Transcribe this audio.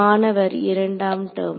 மாணவர் இரண்டாம் டெர்ம்